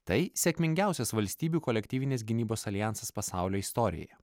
tai sėkmingiausias valstybių kolektyvinės gynybos aljansas pasaulio istorijoje